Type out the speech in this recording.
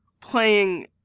playing